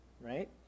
Right